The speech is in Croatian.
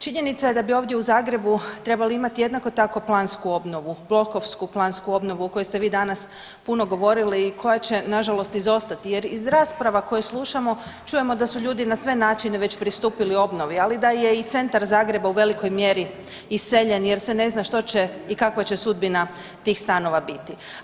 Činjenica je da bi ovdje u Zagrebu trebali imati jednako tako plansku obnovu, blokovsku plansku obnovu o kojoj ste vi danas puno govorili i koja će, nažalost, izostati, jer iz rasprava koje slušamo čujemo da su ljudi na sve načine već pristupili obnovi, ali da je i centar Zagreba u velikoj mjeri iseljen, jer se ne zna što će i kakva će sudbina takvih stanova biti.